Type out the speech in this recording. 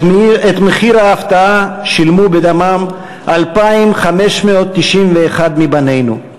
את מחיר ההפתעה שילמו בדמם 2,591 מבנינו,